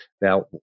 Now